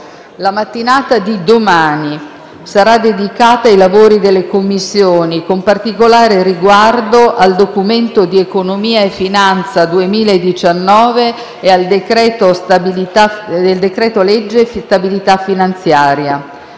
La mattinata di domani sarà dedicata ai lavori delle Commissioni, con particolare riguardo al Documento di economia e finanza 2019 e al decreto-legge stabilità finanziaria.